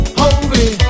hungry